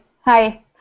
Hi